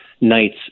night's